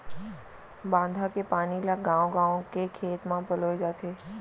बांधा के पानी ल गाँव गाँव के खेत म पलोए जाथे